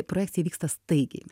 projektai vyksta staigiai